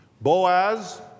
Boaz